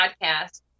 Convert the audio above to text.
podcast